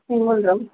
single room